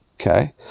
okay